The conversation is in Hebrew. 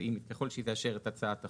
ככל שהיא תאשר, את הצעת החוק,